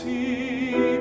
See